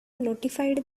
notified